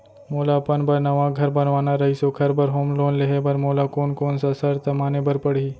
मोला अपन बर नवा घर बनवाना रहिस ओखर बर होम लोन लेहे बर मोला कोन कोन सा शर्त माने बर पड़ही?